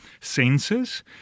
senses